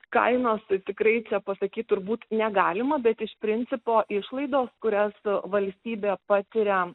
kainos tai tikrai čia pasakyt turbūt negalima bet iš principo išlaidos kurias valstybė patiria